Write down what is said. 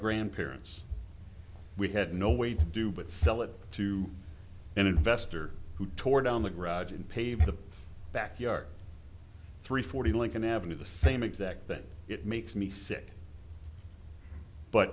grandparents we had no way to do but sell it to an investor who tore down the grudge and pave the backyard three forty lincoln avenue the same exact thing it makes me sick but